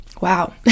wow